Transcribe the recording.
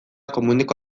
komuneko